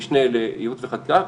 המשנה לייעוץ וחקיקה.